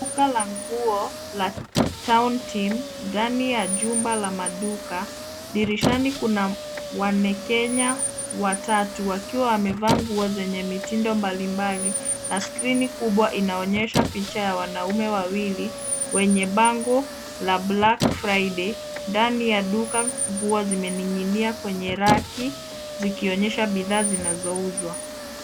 Duka la nguo la Town Team ndani ya jumba la maduka. Dirishani kuna manekini watatu wakiwa wamevaa nguo zenye mitindo mbalimbali na skrini kubwa inaonyesha picha ya wanaume wawili wenye bango la Black Friday ndani ya duka kubwa zimening'inia kwenye raki zikionyesha bidhaa zinazouzwa.